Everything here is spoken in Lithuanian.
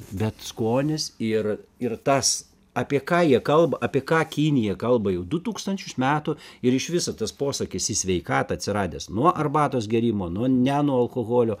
bet skonis ir ir tas apie ką jie kalba apie ką kinija kalba jau du tūkstančius metų ir iš viso tas posakis į sveikatą atsiradęs nuo arbatos gėrimo nuo ne nuo alkoholio